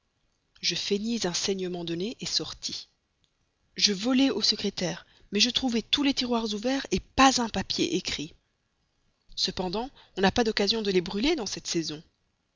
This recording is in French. je feignis un saignement de nez sortis je volai au secrétaire mais je trouvai tous les tiroirs ouverts pas un papier écrit cependant on n'a pas d'occasion de les brûler dans cette saison